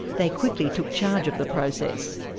they quickly took charge of the process.